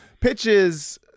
pitches